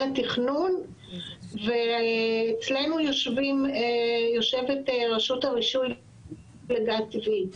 התכנון ואצלנו יושבת רשות הרישוי לגז טבעי,